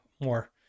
more